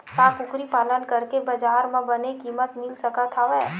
का कुकरी पालन करके बजार म बने किमत मिल सकत हवय?